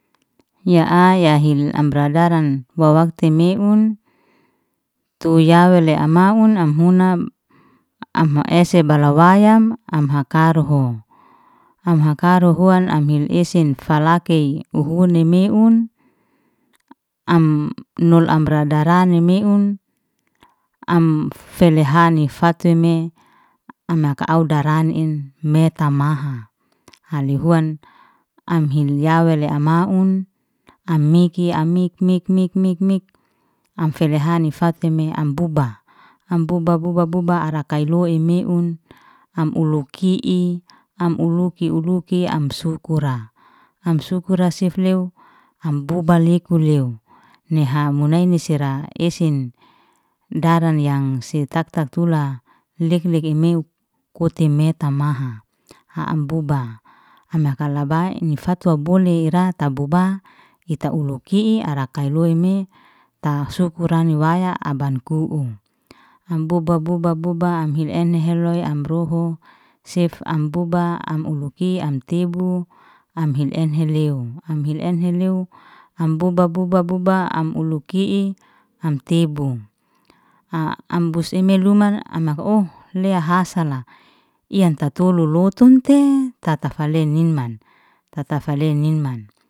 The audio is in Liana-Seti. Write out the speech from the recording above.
Ya ai ya hil amra daran hua waakti meun tu yawale amaun, am hun aam ese balawayam am hakaruhu, am hakaru huan am hil esen falake uhuni meun, am nul amra radani meun am fele hanif fatime am haka au daran in meta maha, hani huan am hili ya wele amaun. Am mike am mik mik mik mik mik am feli hani fateme am buba, am buba buba buba ara kailoy meun, am uluki'i am uluki uluki am sukura, am sukura sif lew am buba lekulew, neha munaini sera esen daran yang si tatak tula lek- lek imeu kote mete maha, amha buba am hakala bai ni fatwa bole ira taboba ita uluki ara kailoy me tasukura ni waya amban ku'u, am boba boba boba am hil en heloy, am ruhu sef am buba am huluki am tebu, am hil enhe lew, am hil enhe lew, am buba buba baba am uluki'i am tebu am bus emele luman amha'o leha hasala yang tatolu lotun tei tata fale ninman.